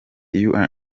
you